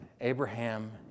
Abraham